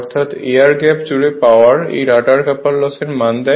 অর্থাৎ air gap জুড়ে power এই রটার কপার লস এর মান দেয়